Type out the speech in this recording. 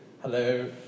hello